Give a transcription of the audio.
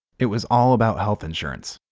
it was all about health insurance.